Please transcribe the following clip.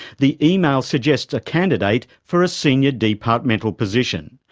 the email suggests a candidate for a senior departmental position.